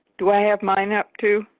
do i have mine up to